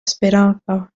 esperanza